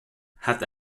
hat